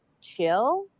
chill